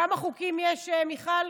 כמה חוקים יש, מיכל?